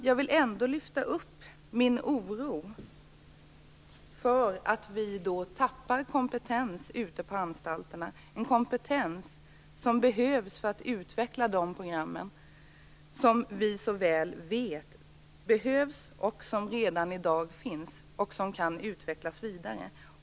Jag vill ändå lyfta upp min oro över att vi förlorar kompetens ute på anstalterna, en kompetens som behövs för att man skall kunna utveckla de program som vi så väl vet behövs. De finns redan i dag och kan utvecklas vidare.